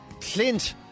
Clint